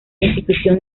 institución